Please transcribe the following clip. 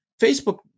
Facebook